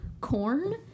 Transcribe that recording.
corn